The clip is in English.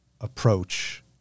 approach